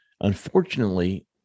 Unfortunately